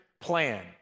plan